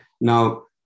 Now